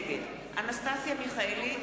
נגד אנסטסיה מיכאלי,